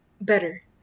better